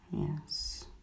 yes